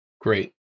Great